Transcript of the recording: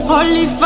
Holy